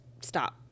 stop